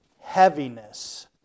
heaviness